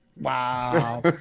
Wow